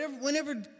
whenever